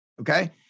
okay